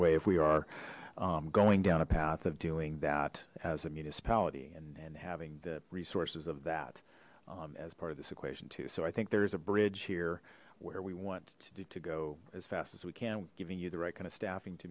way if we are going down a path of doing that as a municipality and having the resources of that as part of this equation too so i think there is a bridge here where we want to go as fast as we can giving you the right kind of staffing to